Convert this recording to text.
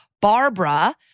Barbara